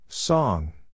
Song